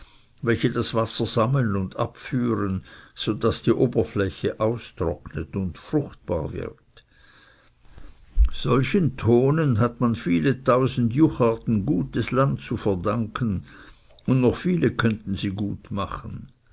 welche das wasser sammeln und abführen so daß die oberfläche austrocknet und fruchtbar wird solchen tonen hat man viele tausend jucharten gutes land zu verdanken und noch viele konnten sie gut machen